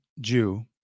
Jew